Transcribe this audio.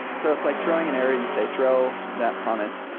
so it's like throwing an error. you say throw that promise.